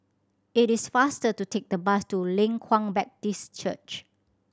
it is faster to take the bus to Leng Kwang Baptist Church